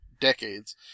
decades